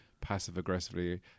passive-aggressively